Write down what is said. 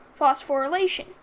phosphorylation